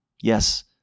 Yes